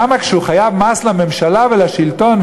למה כשהוא חייב מס לממשלה ולשלטון,